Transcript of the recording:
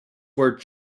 were